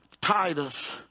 Titus